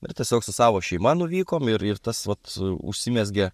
ir tiesiog su savo šeima nuvykom ir ir tas vat užsimezgė